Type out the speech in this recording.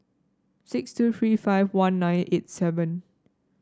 six two three five one nine eight seven